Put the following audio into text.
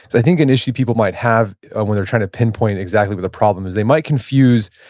i think an issue people might have ah when they're trying to pinpoint exactly what the problem is. they might confuse,